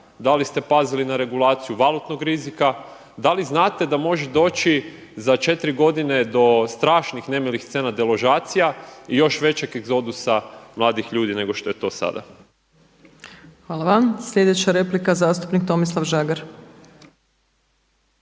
da li ste pazili na regulaciju valutnog rizika, da li znate da može doći za četiri godine do strašnih nemilih scena deložacija i još većeg egzodusa mladih ljudi nego što je to sada. **Opačić, Milanka (SDP)** Hvala vam. Sljedeća replika zastupnik Tomislav Žagar.